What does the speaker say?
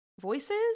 voices